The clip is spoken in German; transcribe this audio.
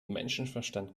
menschenverstand